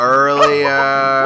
earlier